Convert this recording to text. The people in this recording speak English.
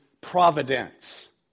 providence